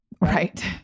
Right